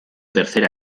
tercera